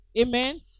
Amen